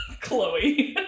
Chloe